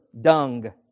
dung